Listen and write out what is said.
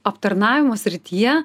aptarnavimo srityje